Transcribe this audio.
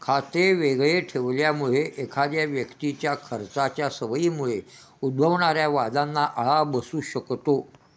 खाते वेगळे ठेवल्यामुळे एखाद्या व्यक्तीच्या खर्चाच्या सवयीमुळे उद्भवणाऱ्या वादांना आळा बसू शकतो